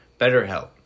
BetterHelp